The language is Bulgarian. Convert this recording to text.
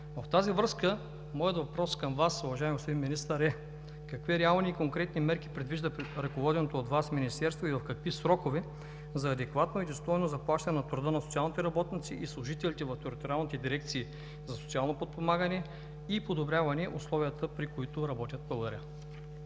В тази връзка моят въпрос към Вас, уважаеми господин Министър, е: какви реални и конкретни мерки предвижда ръководеното от Вас министерство и в какви срокове, за адекватно и достойно заплащане на труда на социалните работници и служителите в териториалните дирекции за социално подпомагане и подобряване условията, при които работят? Благодаря.